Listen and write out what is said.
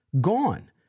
gone